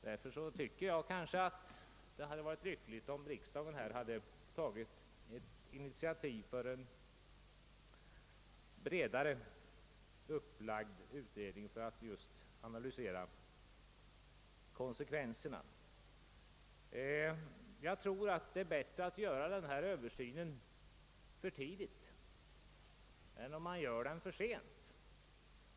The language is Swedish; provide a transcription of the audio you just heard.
Därför tycker jag att det kanske hade varit lyckligt om riksdagen hade tagit ett initiativ för en bredare upplagd utredning med uppgift att analysera konsekvenserna av 1963 års trafikpolitiska beslut. Jag tror att det är bättre att göra denna översyn för tidigt än att göra den för sent.